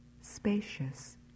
spacious